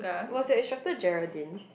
was the instructor Geraldine